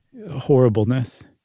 horribleness